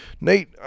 Nate